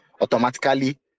automatically